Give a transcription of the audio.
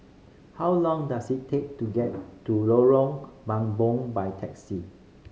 how long does it take to get to Lorong Mambong by taxi